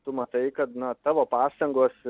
tu matai kad na tavo pastangos